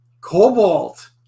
Cobalt